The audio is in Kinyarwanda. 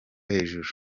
hejuru